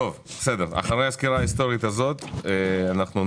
אחרי הסקירה ההיסטורית הזאת נעבור